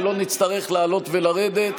ולא נצטרך לעלות ולרדת,